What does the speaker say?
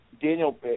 Daniel